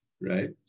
right